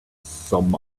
some